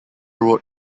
wrote